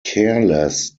careless